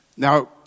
Now